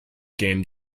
gained